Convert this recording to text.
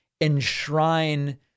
enshrine